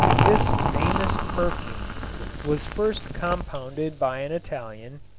this famous perfume was first compounded by an italian,